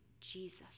Jesus